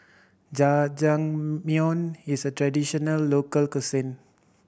jajangmyeon is a traditional local cuisine